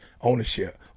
ownership